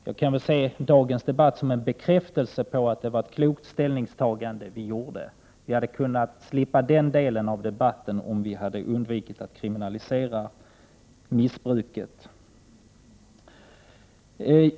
Man kan väl se dagens debatt som en bekräftelse på att vi då gjorde ett klokt ställningstagande. Om man undvikit att kriminalisera missbruket hade vi i dag kunnat slippa den delen av diskussionen.